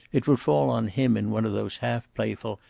it would fall on him in one of those half-playful,